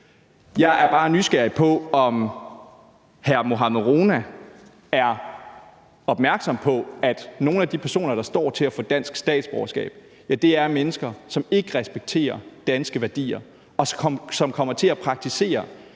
Jeg er bare nysgerrig på, om hr. Mohammad Rona er opmærksom på, at nogle af de personer, der står til at få dansk statsborgerskab, er mennesker, som ikke respekterer danske værdier, og som kommer til at praktisere